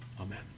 amen